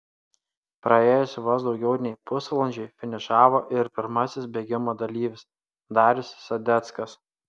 praėjus vos daugiau nei pusvalandžiui finišavo ir pirmasis bėgimo dalyvis darius sadeckas